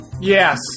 Yes